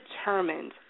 determined